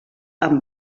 amb